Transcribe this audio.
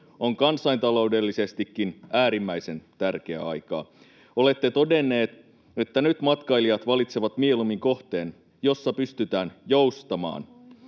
on kansantaloudellisestikin äärimmäisen tärkeää aikaa. [Markus Lohi pyytää vastauspuheenvuoroa] Olette todennut, että nyt matkailijat valitsevat mieluummin kohteen, jossa pystytään joustamaan.